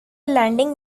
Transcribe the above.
landing